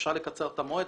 אפשר לקצר את המועד,